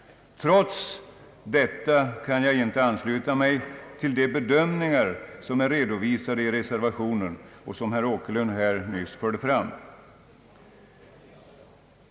Trots detta kan jag inte ansluta mig till de bedömningar som är redovisade i reservationen och som herr Åkerlund nyss framförde.